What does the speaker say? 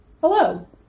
Hello